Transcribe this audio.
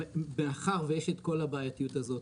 מאחר ויש את כל הבעייתיות הזו,